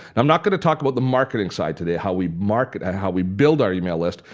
i'm not going to talk about the marketing side today, how we market, how we build our email list.